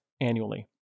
annually